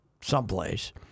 someplace